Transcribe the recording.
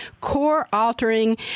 core-altering